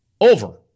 Over